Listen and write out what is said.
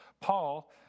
Paul